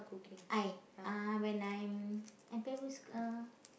I uh when I in primary school uh